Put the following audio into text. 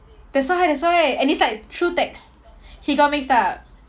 that's why that's why and it's like through text he got mixed up